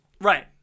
Right